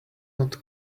not